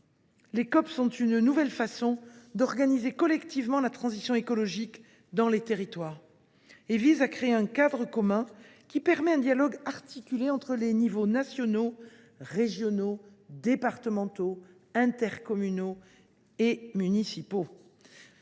Les COP sont une nouvelle façon d’organiser collectivement la transition écologique dans les territoires. Elles visent à créer un cadre commun qui permette un dialogue articulé entre les niveaux nationaux, régionaux, départementaux, intercommunaux et municipaux.